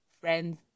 friends